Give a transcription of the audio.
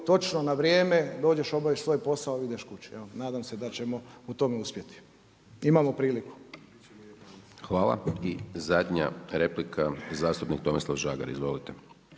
točno, na vrijeme, dođeš, obaviš svoj posao, ideš kući. Nadam se da ćemo u tome uspjeti. Imamo priliku! **Hajdaš Dončić, Siniša (SDP)** Hvala. I zadnja replika zastupnik Tomislav Žagar. Izvolite.